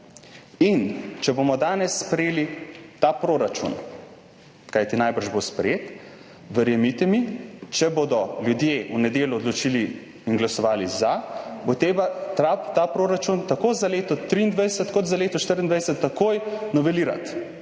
in če bomo danes sprejeli ta proračun, kajti najbrž bo sprejet, verjemite mi, če bodo ljudje v nedeljo odločili in glasovali za, bo treba ta proračun tako za leto 2023 kot za leto 2024 takoj novelirati.